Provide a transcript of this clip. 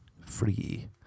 free